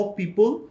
people